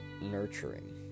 nurturing